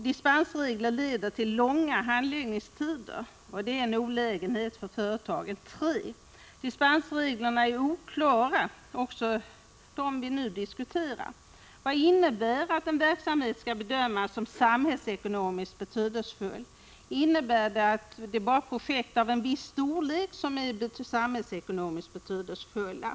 Dispensregler leder till långa handläggningstider, vilket utgör en betydan de olägenhet för berörda företag. 3. Dispensregler är oklara, också de som vi nu diskuterar. Vad innebär det att en verksamhet skall bedömas som ”samhällsekonomiskt betydelsefull”? Innebär detta att bara projekt av en viss storlek anses som samhällsekonomiskt betydelsefulla?